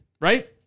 right